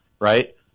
right